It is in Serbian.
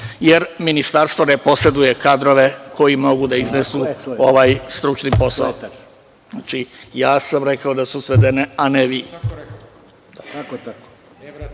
jer ministarstvo ne poseduje kadrove koji mogu da iznesu ovaj stručni posao. Znači, ja sam rekao da su svedene, a ne vi.